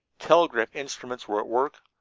telegraph instruments were at work,